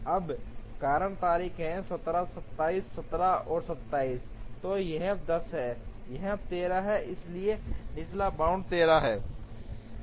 अब कारण तारीखें हैं 17 27 17 और 27 तो यह 10 है यह 13 है इसलिए निचला बाउंड 13 है